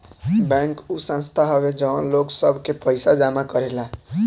bank उ संस्था हवे जवन लोग सब के पइसा जमा करेला